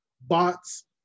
bots